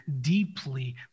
deeply